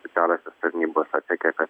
specialiosios tarnybos atsekė kad